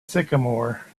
sycamore